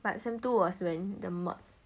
but semester two was when the module